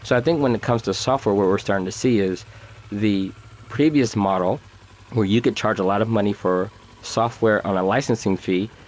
i think when it comes to software, what we're starting to see is the previous model where you could charge a lot of money for software on a licensing fee,